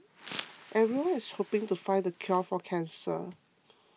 everyone's hoping to find the cure for cancer